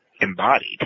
Embodied